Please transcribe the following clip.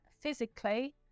physically